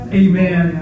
amen